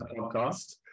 podcast